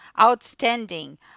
outstanding